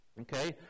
okay